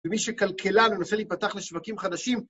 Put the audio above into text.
ומי שכלכלן ומנסה להיפתח לשווקים חדשים.